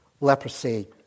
leprosy